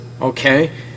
okay